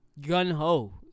gun-ho